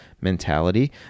mentality